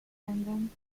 attendant